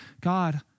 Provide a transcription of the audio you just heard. God